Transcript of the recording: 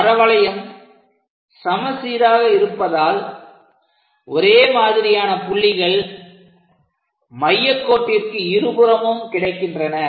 பரவளையம் சமசீராக இருப்பதால் ஒரே மாதிரியான புள்ளிகள் மையக் கோட்டிற்கு இருபுறமும் கிடைக்கின்றன